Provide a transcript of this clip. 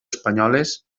espanyoles